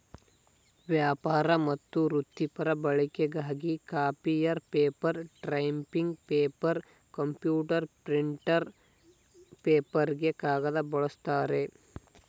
ವ್ಯಾಪಾರ ಮತ್ತು ವೃತ್ತಿಪರ ಬಳಕೆಗಾಗಿ copier paper typing paper computer printer ಪೇಪರ್ಗೆ ಕಾಗದ ಬಳಸ್ತಾರೆ